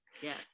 Yes